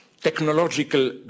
technological